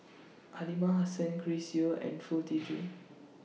Aliman Hassan Chris Yeo and Foo Tee Jun